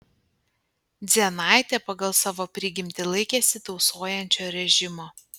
dzienaitė pagal savo prigimtį laikėsi tausojančio režimo